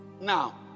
now